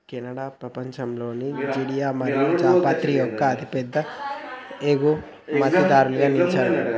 Canada పపంచంలో జీడికాయ మరియు జాపత్రి యొక్క అతిపెద్ద ఎగుమతిదారులుగా నిలిచారు